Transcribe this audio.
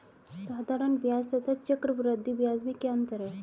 साधारण ब्याज तथा चक्रवर्धी ब्याज में क्या अंतर है?